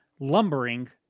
lumbering